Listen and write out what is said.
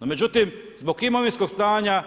No međutim, zbog imovinskog stanja,